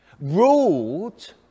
ruled